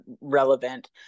relevant